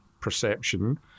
perception